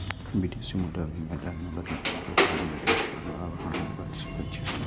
विदेशी मुद्रा विनिमय दर मे बदलाव के कारण निवेश पर लाभ, हानि भए सकै छै